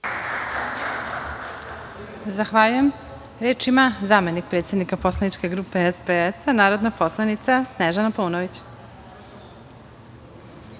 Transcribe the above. Zahvaljujem. Reč ima zamenik predsednika poslaničke grupe SPS, narodna poslanica Snežana Paunović.